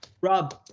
Rob